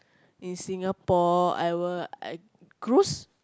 in Singapore I will uh cruise